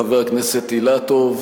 חבר הכנסת יריב לוין.